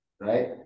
right